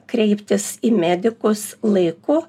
kreiptis į medikus laiku